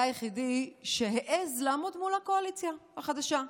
היחידי שהעז לעמוד מול הקואליציה החדשה ולומר: